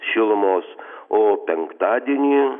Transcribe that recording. šilumos o penktadienį